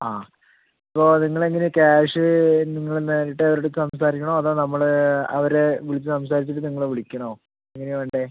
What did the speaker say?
ആ അപ്പോൾ നിങ്ങൾ എങ്ങനെയാ ക്യാഷ് നിങ്ങള് നേരിട്ട് അവരോട് സംസാരിക്കണോ അതോ നമ്മള് അവരെ വിളിച്ച് സംസാരിച്ചിട്ട് നിങ്ങളെ വിളിക്കണോ എങ്ങനെയാ വേണ്ടെ